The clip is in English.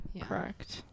Correct